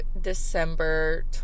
December